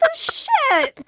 shot at